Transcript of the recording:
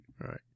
right